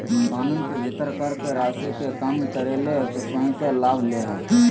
कानून के भीतर कर के राशि के कम करे ले स्वयं के लाभ ले हइ